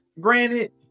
granted